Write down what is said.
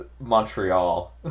Montreal